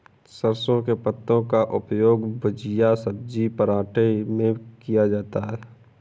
सरसों के पत्ते का उपयोग भुजिया सब्जी पराठे में किया जाता है